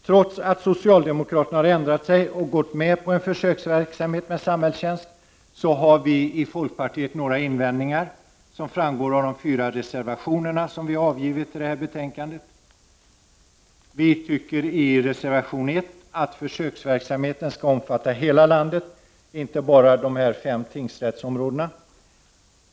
Trots att socialdemokraterna har ändrat sig och gått med på en försöksverksamhet med samhällstjänst, har vi i folkpartiet några invändningar, vilka framgår av de fyra reservationer som vi har avgivit till detta betänkande. Vi tycker i reservation 1 att försöksverksamheten skall omfatta hela landet, inte bara de fem tingsrätterna.